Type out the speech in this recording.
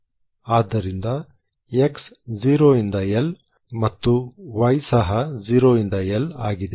ಆದ್ದರಿಂದ x 0 ಇಂದ L ಮತ್ತು y ಸಹ 0 ಇಂದ L ಆಗಿದೆ